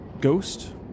ghost